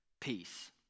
Peace